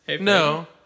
No